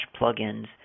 plugins